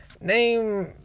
name